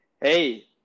Hey